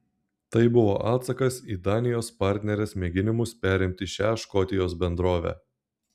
tai buvo atsakas į danijos partnerės mėginimus perimti šią škotijos bendrovę